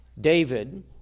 David